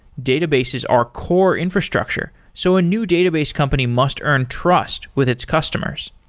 databases are core infrastructure, so a new database company must earn trust with its customers.